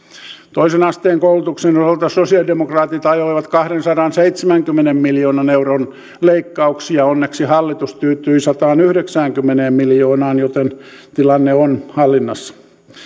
toisen asteen koulutuksen osalta sosialidemokraatit ajoivat kahdensadanseitsemänkymmenen miljoonan euron leikkauksia onneksi hallitus tyytyi sataanyhdeksäänkymmeneen miljoonaan joten tilanne on hallinnassa